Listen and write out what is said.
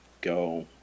go